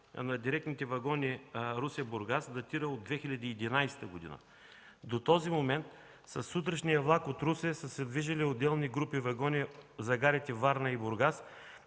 на директните вагони Русе-Бургас датира от 2011 г. До този момент със сутрешния влак от Русе са се движили отделни групи вагони за гарите Варна и Бургас